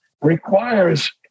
requires